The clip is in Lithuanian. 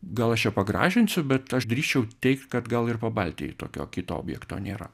gal aš čia pagražinsiu bet aš drįsčiau teigt kad gal ir pabaltijy tokio kito objekto nėra